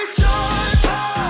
joyful